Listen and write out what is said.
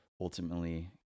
ultimately